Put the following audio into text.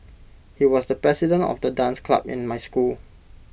he was the president of the dance club in my school